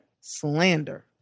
slander